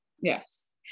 yes